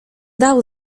dał